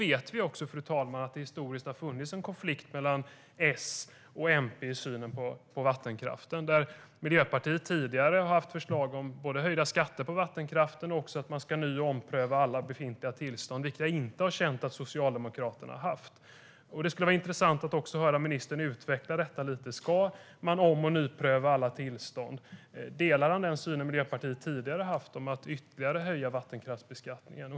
Vi vet också att det historiskt har funnits en konflikt mellan S och MP i synen på vattenkraften. Miljöpartiet har tidigare haft förslag om både höjda skatter på vattenkraften och att man ska ny och ompröva alla befintliga tillstånd, en uppfattning som jag inte har känt att Socialdemokraterna haft. Det skulle vara intressant att höra ministern utveckla detta lite. Ska man ompröva och nypröva alla tillstånd? Delar han den syn som Miljöpartiet tidigare har haft om att ytterligare höja vattenkraftsbeskattningen?